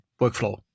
workflow